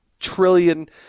Trillion